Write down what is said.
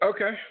Okay